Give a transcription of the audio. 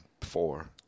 four